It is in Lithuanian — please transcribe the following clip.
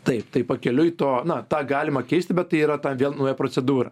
taip taip pakeliui to na tą galima keisti bet tai yra ta vėl nauja procedūra